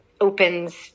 opens